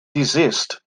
desist